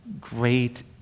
Great